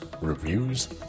reviews